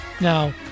Now